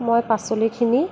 মই পাচলিখিনি